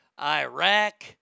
Iraq